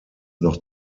noch